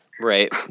Right